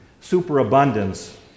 superabundance